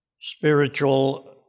spiritual